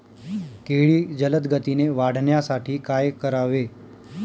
केळी जलदगतीने वाढण्यासाठी काय करावे?